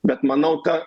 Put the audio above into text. bet manau ta